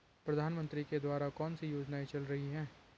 प्रधानमंत्री के द्वारा कौनसी योजनाएँ चल रही हैं?